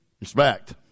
respect